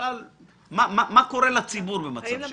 מה קורה לציבור במצב שכזה?